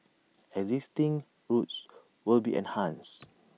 existing routes will be enhanced